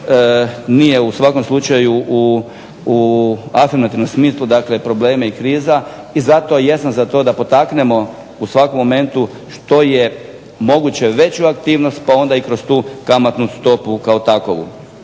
nije u svakom slučaju u afirmativnom smislu, dakle probleme i kriza. I zato i jesam za to da potaknemo u svakom momentu što je moguće veću aktivnost pa onda i kroz tu kamatnu stopu kao takvu.